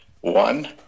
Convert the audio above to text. One